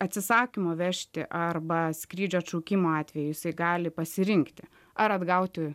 atsisakymo vežti arba skrydžio atšaukimo atveju jisai gali pasirinkti ar atgauti